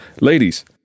Ladies